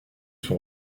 son